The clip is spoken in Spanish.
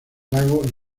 lago